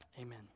amen